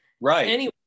Right